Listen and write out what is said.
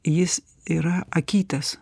jis yra akytės